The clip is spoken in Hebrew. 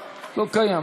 לא.